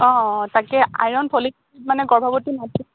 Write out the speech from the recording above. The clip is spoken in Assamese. অঁ অঁ তাকে আইৰণ ফলিক এচিড মানে গৰ্ভাৱতী মাতৃক